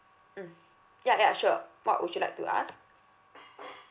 mm ya ya sure what would you like to ask